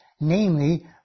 namely